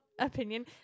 opinion